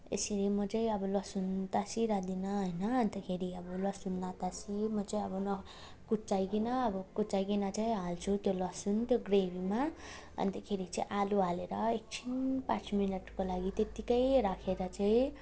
यसरी म चाहिँ अब लसुन ताछिरहदिनँ होइन अन्तखेरि अब लसुन नताछी म चाहिँ अब न कुच्चाइकन चाहिँ कुच्चाइकन चाहिँ हाल्छु त्यो लसुन त्यो ग्रेभीमा अन्तखेरि चाहिँ आलु हालेर एकछिन पाँच मिनटको लागि त्यतिकै राखेर चाहिँ